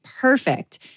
perfect